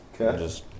Okay